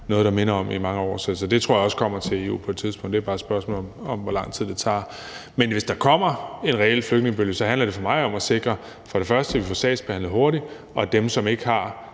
noget, der minder om det, i mange år. Så det tror jeg også kommer til EU på et tidspunkt. Det er bare et spørgsmål om, hvor lang tid det tager. Men hvis der kommer en reel flygtningebølge, handler det for mig om at sikre, for det første at vi får sagerne behandlet hurtigt, og for det andet at